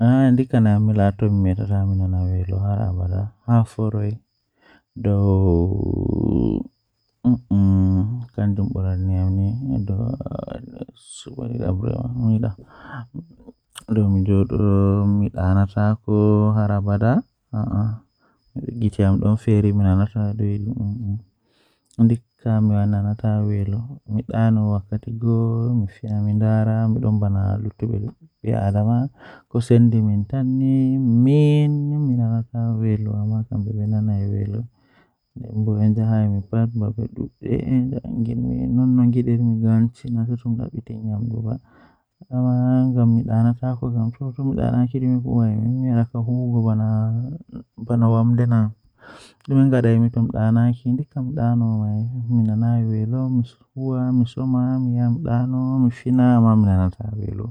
Ekitaago ɗemle ɗuɗɗum belɗum nden welnde masin Ko sabu ngal, warti ɓe heɓata moƴƴi e laawol e soodun nder ɗam, hokkataa e fowru e tawti laawol, jeyaaɓe e waɗtude caɗeele. Ko tawa warti ɓe heɓata moƴƴi e maɓɓe e laawol ngal tawa kuutorde kafooje ɓe, yaafa ɓe njogi saɗde e heɓuɓe. Warti wondi kaɓɓe njahi loowaaji ngam jooɗuɓe ɗe waawataa e waɗtuɗe ko wi'a e waɗtude.